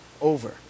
over